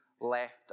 left